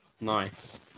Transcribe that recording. Nice